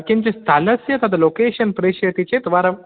किञ्चित् स्थलस्य तत् लोकेशन् प्रेषयति चेत् वरम्